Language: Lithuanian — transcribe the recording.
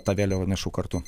tą vėliavą nešu kartu